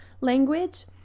language